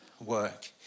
work